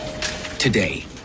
Today